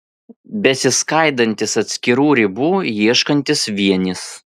besiskaidantis atskirų ribų ieškantis vienis